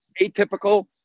atypical